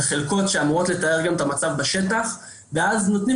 לחלקות שאמורות לתאר גם את המצב בשטח ואז נותנים